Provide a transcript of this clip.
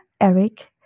Eric